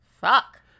Fuck